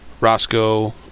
Roscoe